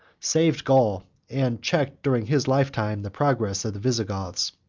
saved gaul, and checked, during his lifetime, the progress of the visigoths.